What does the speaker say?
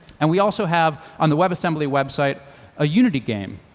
and we also have on the webassembly web site a unity game,